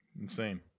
Insane